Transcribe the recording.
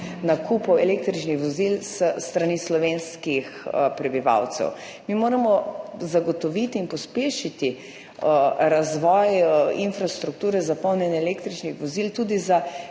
električnih vozil s strani slovenskih prebivalcev. Mi moramo zagotoviti in pospešiti razvoj infrastrukture za polnjenje električnih vozil tudi za